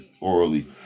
orally